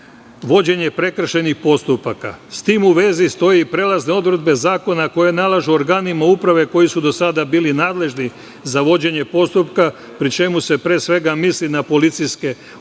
vođenje prekršajnih postupaka. S tim u vezi stoje i prelazne odredbe zakona koje nalažu organima uprave koji su do sada bili nadležni za vođenje postupka, pri čemu se pre svega misli na policijske uprave,